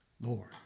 Lord